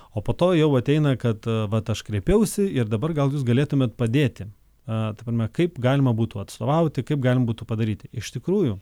o po to jau ateina kad vat aš kreipiausi ir dabar gal jūs galėtumėt padėti ta prasme kaip galima būtų atstovauti kaip galima būtų padaryti iš tikrųjų